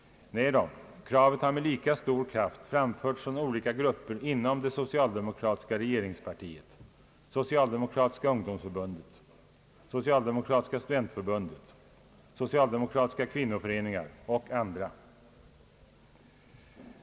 Nej, kravet har med lika stor kraft framförts från olika grupper inom det socialdemokratiska regeringspartiet, socialdemokratiska ungdomsförbundet, socialdemokratiska studentförbundet, socialdemokratiska kvinnoföreningar och andra.